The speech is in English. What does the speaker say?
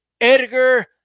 Edgar